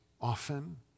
often